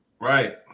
Right